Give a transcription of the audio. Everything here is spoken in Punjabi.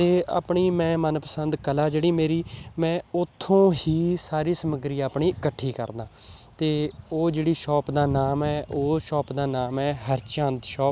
ਅਤੇ ਆਪਣੀ ਮੈਂ ਮਨਪਸੰਦ ਕਲਾ ਜਿਹੜੀ ਮੇਰੀ ਮੈਂ ਉੱਥੋਂ ਹੀ ਸਾਰੀ ਸਮੱਗਰੀ ਆਪਣੀ ਇਕੱਠੀ ਕਰਦਾ ਅਤੇ ਉਹ ਜਿਹੜੀ ਸ਼ੋਪ ਦਾ ਨਾਮ ਹੈ ਉਹ ਸ਼ੌਪ ਦਾ ਨਾਮ ਹੈ ਹਰਚੰਦ ਸ਼ੋਪ